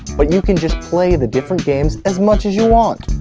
but you can just play the different games as much as you want!